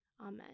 Amen